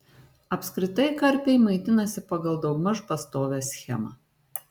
apskritai karpiai maitinasi pagal daugmaž pastovią schemą